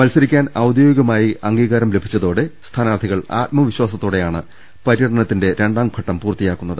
മത്സരിക്കാൻ ഔദ്യോഗികമായി അംഗീകാരം ലഭിച്ചതോടെ സ്ഥാനാർത്ഥി കൾ ആത്മവിശ്വാസത്തോടെയാണ് പര്യടനത്തിന്റെ രണ്ടാംഘട്ടം പൂർത്തി യാക്കുന്നത്